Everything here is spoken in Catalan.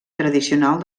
tradicional